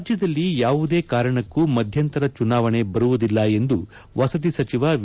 ರಾಜ್ಯದಲ್ಲಿ ಯಾವುದೇ ಕಾರಣಕ್ಕೂ ಮಧ್ಯಂತರ ಚುನಾವಣೆ ಬರುವುದಿಲ್ಲ ಎಂದು ವಸತಿ ಸಚಿವ ವಿ